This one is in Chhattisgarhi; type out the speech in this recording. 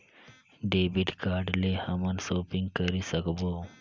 डेबिट कारड ले हमन शॉपिंग करे सकबो?